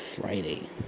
Friday